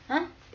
uh